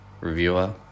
reviewer